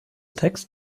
text